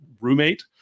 roommate